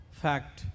fact